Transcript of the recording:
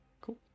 Cool